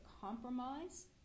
compromise